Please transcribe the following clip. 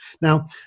now